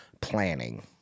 planning